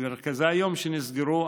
כשמרכזי היום נסגרו,